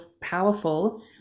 powerful